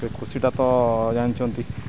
ସେ ଖୁସିଟା ତ ଜାଣିଛନ୍ତି